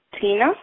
Tina